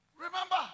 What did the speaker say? Remember